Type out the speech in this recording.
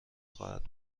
خواهد